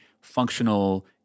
functional